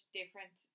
different